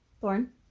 Thorn